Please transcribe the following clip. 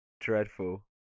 Dreadful